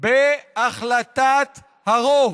בהחלטת הרוב.